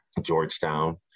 Georgetown